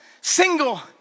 Single